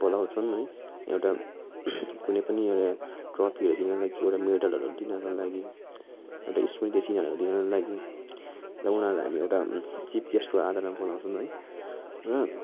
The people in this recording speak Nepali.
बोलाउँछन् है एउटा कुनै पनि एउटा ट्रफिहरू दिनु लागि एउटा मेडलहरू दिनको लागि एउटा स्मृति चिह्नहरू दिनुको लागि र उनीहरूलाई हामी एउटा चिफ गेस्टको आधारमा बोलाउछौँ है र